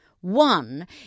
One